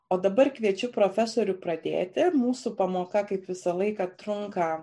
o dabar kviečiu profesorių pradėti mūsų pamoka kaip visą laiką trunka